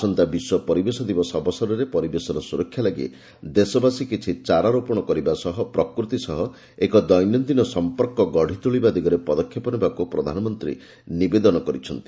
ଆସନ୍ତା ବିଶ୍ୱ ପରିବେଶ ଦିବସ ଅବସରରେ ପରିବେଶର ସୁରକ୍ଷା ଲାଗି ଦେଶବାସୀ କିଛି ଚାରା ରୋପଣ କରିବା ସହ ପ୍ରକୃତି ସହ ଏକ ଦୈନନ୍ଦିନ ସମ୍ପର୍କ ଗଢ଼ିତୋଳିବା ଦିଗରେ ପଦକ୍ଷେପ ନେବାକୁ ପ୍ରଧାନମନ୍ତ୍ରୀ ନିବେଦନ କରିଛନ୍ତି